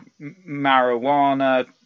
Marijuana